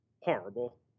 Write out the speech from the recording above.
horrible